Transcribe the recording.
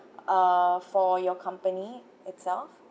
uh for your company itself